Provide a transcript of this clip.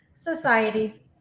Society